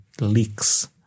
leaks